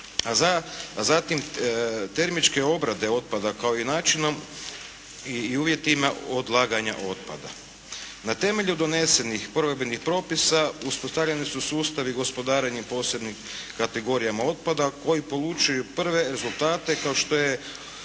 a zatim termičke obrade otpada kao i načinom i uvjetima odlaganja otpada. Na temelju donesenih provedbenih propisa uspostavljeni su sustavi gospodarenja posebnim kategorijama otpada, koji polučuju prve rezultate kao što je